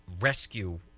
rescue